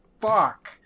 Fuck